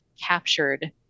captured